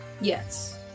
Yes